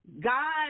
God